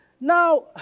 Now